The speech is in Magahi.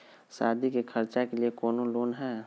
सादी के खर्चा के लिए कौनो लोन है?